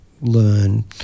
learn